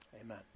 amen